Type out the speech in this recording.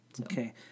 Okay